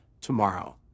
tomorrow